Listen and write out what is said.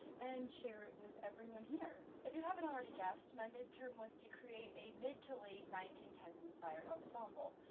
and share it with everyone here! if you haven't already guessed, my midterm was to create a mid to late nineteen ten s inspired ensemble.